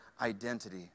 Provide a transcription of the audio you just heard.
identity